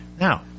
Now